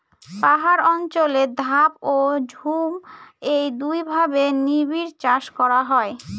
পাহাড় অঞ্চলে ধাপ ও ঝুম এই দুইভাবে নিবিড়চাষ করা হয়